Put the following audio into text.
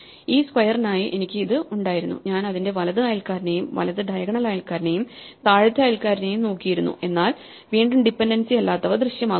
ഈ സ്ക്വയറിനായി എനിക്ക് ഇത് ഉണ്ടായിരുന്നു ഞാൻ അതിന്റെ വലത് അയൽക്കാരനെയും വലത് ഡയഗണൽ അയൽക്കാരനെയും താഴത്തെ അയൽക്കാരനെയും നോക്കിയിരുന്നു എന്നാൽ വീണ്ടും ഡിപെൻഡൻസി ഇല്ലാത്തവ ദൃശ്യമാകുന്നു